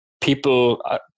people